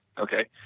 okay?